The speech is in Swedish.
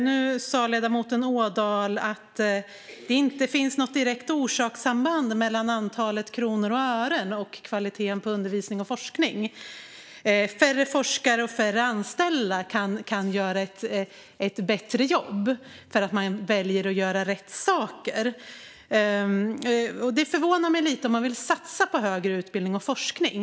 Nu sa ledamoten Ådahl att det inte finns något direkt orsakssamband mellan antalet kronor och ören och kvaliteten på undervisning och forskning samt att färre forskare och färre anställda kan göra ett bättre jobb för att man väljer att göra rätt saker. Det förvånar mig lite att man säger så om man vill satsa på högre utbildning och forskning.